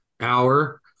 hour